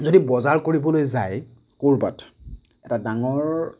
যদি বজাৰ কৰিবলৈ যায় ক'ৰবাত এটা ডাঙৰ